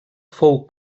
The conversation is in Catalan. fou